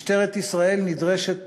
משטרת ישראל נדרשת,